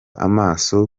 amaso